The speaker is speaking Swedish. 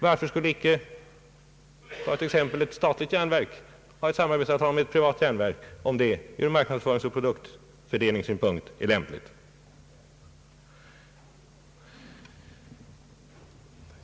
Varför skulle inte ett statligt järnverk ha ett samarbetsavtal med ett privat järnverk om det ur marknadsföringsoch produktsynpunkt är lämpligt?